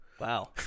Wow